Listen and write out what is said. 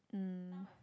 um